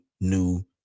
new